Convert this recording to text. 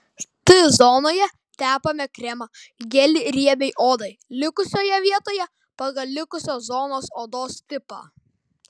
t zonoje tepame kremą gelį riebiai odai likusioje vietoje pagal likusios zonos odos tipą